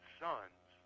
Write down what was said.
sons